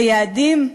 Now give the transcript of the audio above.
ביעדים,